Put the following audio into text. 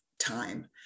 time